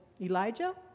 Elijah